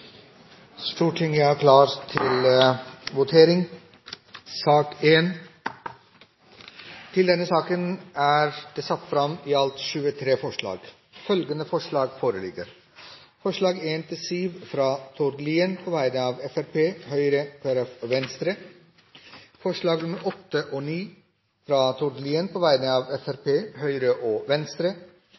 Stortinget går da til votering. Under debatten er det satt fram i alt 23 forslag. Det er forslagene nr. 1–7, fra Tord Lien på vegne av Fremskrittspartiet, Høyre, Kristelig Folkeparti og Venstre forslagene nr. 8 og 9, fra Tord Lien på vegne av Fremskrittspartiet, Høyre og Venstre